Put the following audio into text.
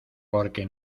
porque